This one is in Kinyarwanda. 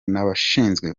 n’abashinzwe